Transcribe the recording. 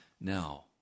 Now